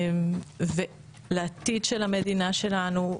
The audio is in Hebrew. לעתיד של המדינה שלנו,